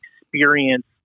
experience